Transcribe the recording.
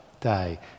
Day